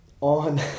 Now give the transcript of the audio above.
on